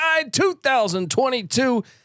2022